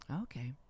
Okay